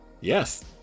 yes